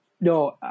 no